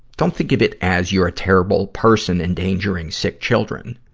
don't think of it as you're a terrible person endangering sick children.